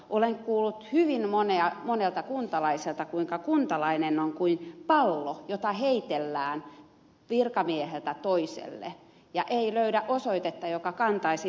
olen kuullut hyvin monelta kuntalaiselta kuinka kuntalainen on kuin pallo jota heitellään virkamieheltä toiselle ja ei löydy osoitetta joka kantaisi vastuuta